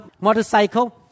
motorcycle